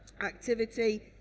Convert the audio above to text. Activity